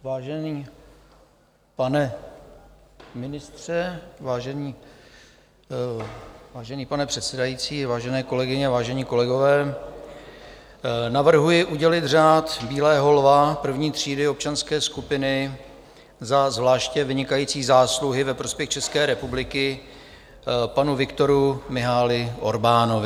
Vážený pane ministře, vážený pane předsedající, vážené kolegyně, vážení kolegové, navrhuji udělit Řád bílého lva I. třídy občanské skupiny za zvláště vynikající zásluhy ve prospěch České republiky panu Viktoru Mihály Orbánovi.